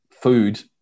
food